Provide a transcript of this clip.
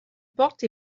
porte